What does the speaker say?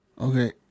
Okay